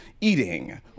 eating